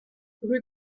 rue